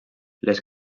les